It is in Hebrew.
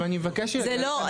אני מבקש שיגיע לכאן יועץ משפטי.